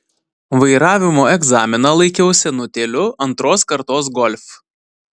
vairavimo egzaminą laikiau senutėliu antros kartos golf